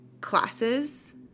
classes